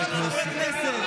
היא אמרה לו שהוא תומך חמאס.